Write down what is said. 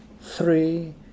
three